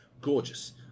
gorgeous